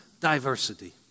diversity